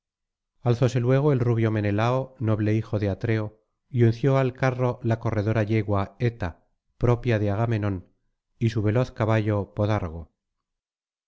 alzóse luego el rubio menelao noble hijo de atreo y unció al carro la corredora yegua eta propia de agamenón y su veloz caballo podargo